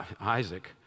Isaac